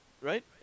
right